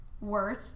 worth